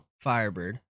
Firebird